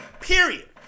period